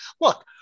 look